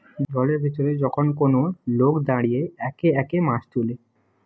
জলের ভিতরে যখন কোন লোক দাঁড়িয়ে একে একে মাছ তুলে